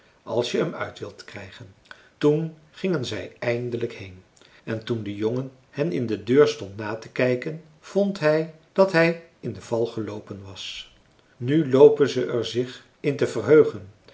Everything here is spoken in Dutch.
als je hem uit wilt krijgen toen gingen zij eindelijk heen en toen de jongen hen in de deur stond na te kijken vond hij dat hij in den val geloopen was nu loopen ze er zich in te verheugen